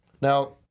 Now